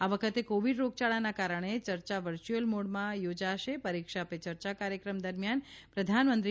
આ વખતે કોવિડ રોગયાળાના કારણે ચર્ચા વર્ચુઅલ મોડમાં થોજાશેપરીક્ષા પે ચર્ચા કાર્યક્રમ દરમિયાન પ્રધાનમંત્રી